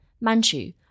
Manchu